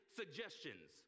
suggestions